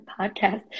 podcast